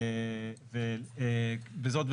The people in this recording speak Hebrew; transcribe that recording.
(3)בסעיף 188(ב),